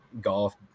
golf